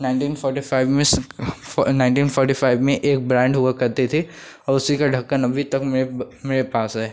nineteen forty five में nineteen forty five में एक ब्रैंड हुआ करता था और उसी का ढक्कन अभी तक मेरे मेरे पास है